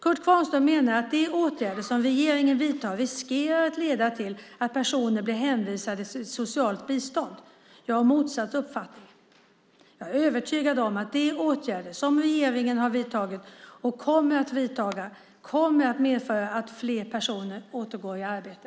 Kurt Kvarnström menar att de åtgärder som regeringen vidtagit riskerar att leda till att personer blir hänvisade till socialt bistånd. Jag har motsatt uppfattning. Jag är övertygad om att de åtgärder som regeringen har vidtagit och kommer att vidta kommer att medföra att allt fler personer återgår i arbete.